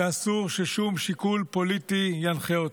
שאסור ששום שיקול פוליטי ינחה אותה.